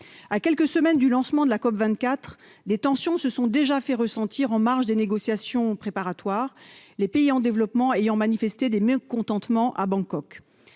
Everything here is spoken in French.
À quelques semaines du lancement de la COP24, des tensions se sont déjà fait ressentir en marge des négociations préparatoires, les pays en développement ayant manifesté des mécontentements à Bangkok.